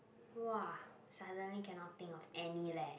!wah! suddenly cannot think of any leh